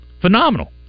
Phenomenal